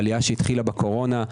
שהחלה בקורונה.